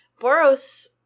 Boros